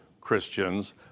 Christians